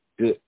good